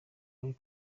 yari